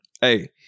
Hey